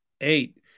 eight